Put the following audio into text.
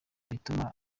bituma